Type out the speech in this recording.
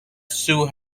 suit